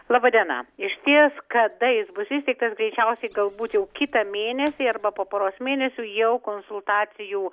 laba diena išties kada jis bus įsteigtas greičiausiai galbūt jau kitą mėnesį arba po poros mėnesių jau konsultacijų